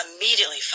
Immediately